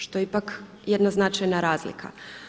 Što je ipak jedna značajna razlika.